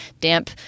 damp